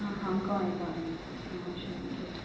आं आं कळ्ळें कळ्ळें आं अशें ओके